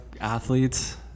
athletes